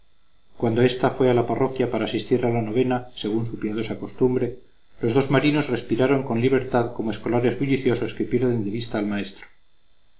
cuando ésta fue a la parroquia para asistir a la novena según su piadosa costumbre los dos marinos respiraron con libertad como escolares bulliciosos que pierden de vista al maestro